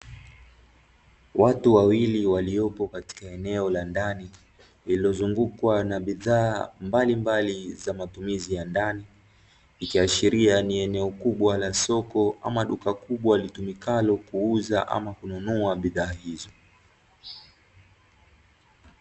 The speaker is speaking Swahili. Watu wawili waliopo katika eneo la ndani, lililozungukwa na bidhaa mbalimbali za matumizi ya ndani, ikiashiria ni eneo kubwa la soko ama duka kubwa litumikalo kuuza ama kununua bidhaa hizo.